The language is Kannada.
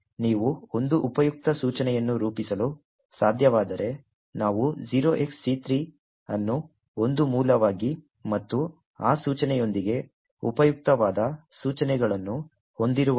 ಆದ್ದರಿಂದ ನೀವು ಒಂದು ಉಪಯುಕ್ತ ಸೂಚನೆಯನ್ನು ರೂಪಿಸಲು ಸಾಧ್ಯವಾದರೆ ನಾವು 0xC3 ಅನ್ನು ಒಂದು ಮೂಲವಾಗಿ ಮತ್ತು ಆ ಸೂಚನೆಯೊಂದಿಗೆ ಉಪಯುಕ್ತವಾದ ಸೂಚನೆಗಳನ್ನು ಹೊಂದಿರುವ ಒಂದು ಮರವನ್ನು ರಚಿಸುತ್ತೇವೆ